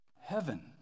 Heaven